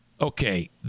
okay